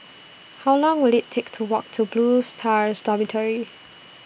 How Long Will IT Take to Walk to Blue Stars Dormitory